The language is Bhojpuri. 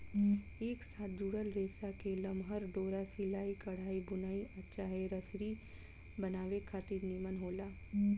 एक साथ जुड़ल रेसा के लमहर डोरा सिलाई, कढ़ाई, बुनाई आ चाहे रसरी बनावे खातिर निमन होला